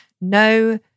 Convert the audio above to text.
no